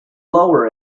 lower